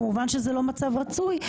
כמובן שזה לא מצב רצוי,